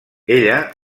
ella